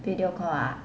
video call ah